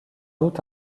doute